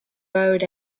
road